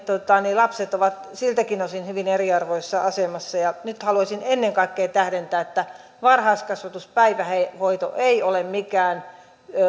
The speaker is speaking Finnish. lapset ovat siltäkin osin hyvin eriarvoisessa asemassa nyt haluaisin ennen kaikkea tähdentää että varhaiskasvatuspäivähoito ei ole mikään